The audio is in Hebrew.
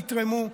יתרמו.